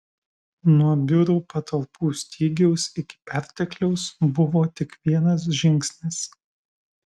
nuo biurų patalpų stygiaus iki pertekliaus buvo tik vienas žingsnis